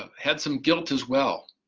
um had some guilt as well.